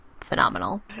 Phenomenal